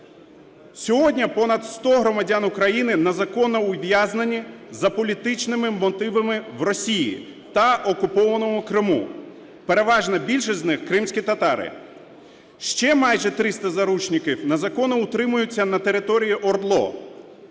Сьогодні понад 100 громадян України незаконно ув'язнені за політичними мотивами в Росії та окупованому Криму, переважна більшість з них - кримські татари, ще майже 300 заручників незаконно утримуються на території ОРДЛО.